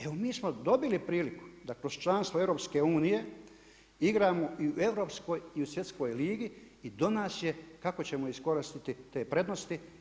Evo, mi smo dobili priliku da kroz članstvo EU-a igramo i u europskoj i u svjetskoj ligi, i do nas je kako ćemo iskoristiti te prednosti.